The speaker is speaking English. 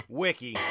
wiki